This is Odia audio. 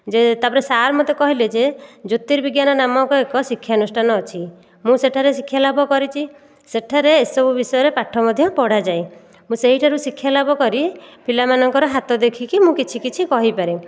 ଯେ ତାପରେ ସାର୍ ମୋତେ କହିଲେ ଯେ ଜ୍ୟୋତିର୍ବିଜ୍ଞାନ ନାମକ ଏକ ଶିକ୍ଷାନୁଷ୍ଠାନ ଅଛି ମୁଁ ସେଠାରେ ଶିକ୍ଷା ଲାଭ କରିଛି ସେଠାରେ ଏସବୁ ବିଷୟରେ ପାଠ ମଧ୍ୟ ପଢ଼ାଯାଏ ମୁଁ ସେହିଠାରୁ ଶିକ୍ଷାଲାଭ କରି ପିଲାମାନଙ୍କର ହାତ ଦେଖିକି ମୁଁ କିଛି କିଛି କହିପାରେ